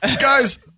Guys